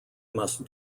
must